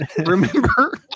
Remember